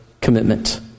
Commitment